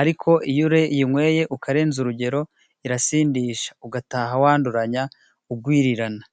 ariko iyo ure uyinyweye ukarenza urugero irasindisha, ugataha wanduranya ugwirirana.